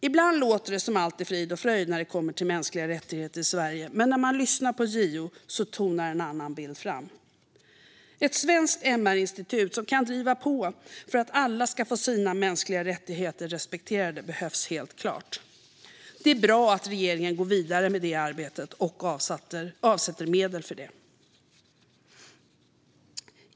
Ibland låter det som att allt är frid och fröjd när det kommer till mänskliga rättigheter i Sverige, men när man lyssnar på JO tonar en annan bild fram. Ett svenskt MR-institut som kan driva på för att alla ska få sina mänskliga rättigheter respekterade behövs helt klart. Det är bra att regeringen går vidare med det arbetet och avsätter medel för det.